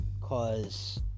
cause